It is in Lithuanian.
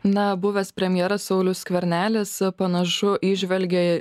na buvęs premjeras saulius skvernelis panašu įžvelgė